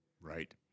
right